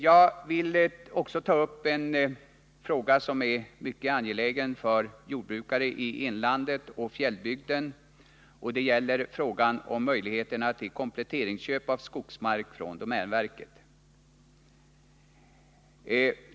Jag vill också här ta upp en fråga som är mycket angelägen för jordbrukare i inlandet och i fjällbygden. Det gäller då möjligheterna till kompletteringsköp av skogsmark från domänverket.